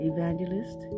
Evangelist